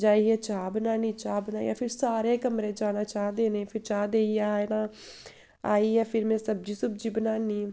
जाइयै चाह् बनानी चाह् बनाइयै फिर सारे कमरें जाना चाह् देने गी आइयै फिर चाह् देइयै आए तां आइयै फिर में सब्जी सुब्जी बनानी